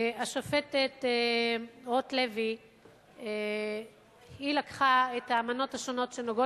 השופטת רוטלוי לקחה את האמנות השונות שנוגעות